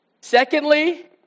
Secondly